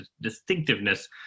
distinctiveness